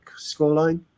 Scoreline